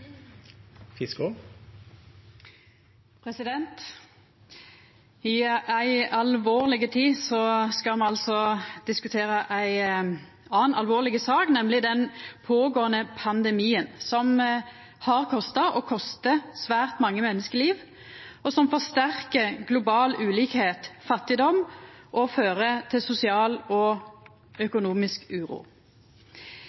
vil. I ei alvorleg tid skal me altså diskutera ei anna alvorleg sak, nemleg den pågåande pandemien som har kosta – og kostar – svært mange menneskeliv, og som forsterkar global ulikskap og fattigdom og fører til sosial og